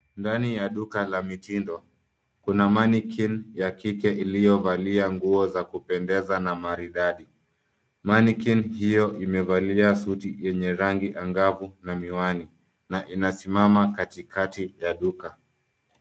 Ndani ya duka la mitindo, kuna mannequin ya kike iliyovalia nguo za kupendeza, na maridadi. Mannequin hiyo imevalia suti yenye rangi angavu, na miwani, na inasimama katikati ya duka.